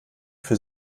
für